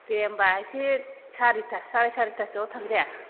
दे होमबा इसे सारिता सारे सारितासोआव थांनि दे